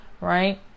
right